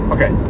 Okay